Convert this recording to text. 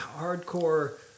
hardcore